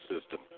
system